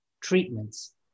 treatments